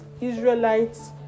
Israelites